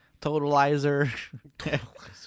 Totalizer